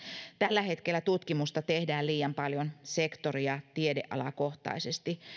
tällä hetkellä tutkimusta tehdään liian paljon sektori ja tiedealakohtaisesti